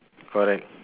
correct